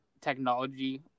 technology